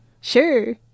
Sure